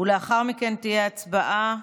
ולאחר מכן תהיה הצבעה,